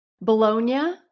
Bologna